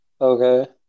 Okay